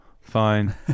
Fine